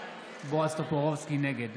נגד